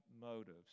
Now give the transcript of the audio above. motives